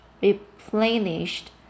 replenished